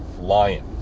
lion